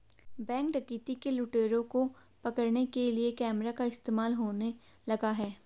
Bank डकैती के लुटेरों को पकड़ने के लिए कैमरा का इस्तेमाल होने लगा है?